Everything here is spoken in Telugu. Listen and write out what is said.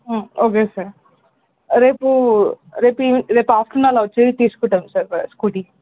ఓకే సార్ రేపు రేపు ఈవి రేపు ఆఫ్టర్నూన్ అలా వచ్చి తీసుకుంటాం సార్ స్కూటీ